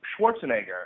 Schwarzenegger